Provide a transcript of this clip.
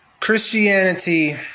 Christianity